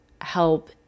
help